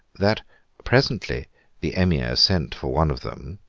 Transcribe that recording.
that presently the emir sent for one of them,